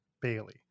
Bailey